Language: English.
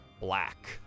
black